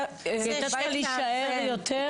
--- היא הייתה צריכה להישאר יותר?